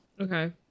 Okay